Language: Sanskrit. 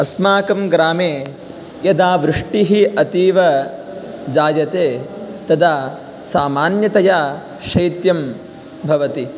अस्माकं ग्रामे यदा वृष्टिः अतीव जायते तदा सामान्यतया शैत्यं भवति